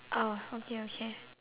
oh okay okay